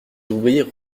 ouvriers